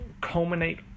culminate